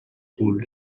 pools